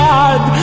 God